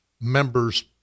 members